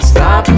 Stop